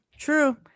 True